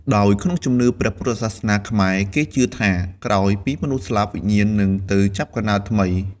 ដោយក្នុងជំនឿព្រះពុទ្ធសាសនាខ្មែរ គេជឿថា ក្រោយពីមនុស្សស្លាប់ វិញ្ញាណនឹងទៅចាប់កំណើតថ្មី។